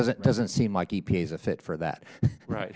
doesn't doesn't seem like he pays a fit for that right